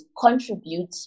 contribute